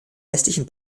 westlichen